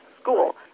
school